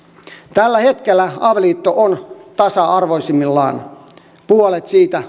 tällä hetkellä avioliitto on tasa arvoisimmillaan puolet siitä